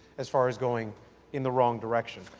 as far as going in the wrong direction.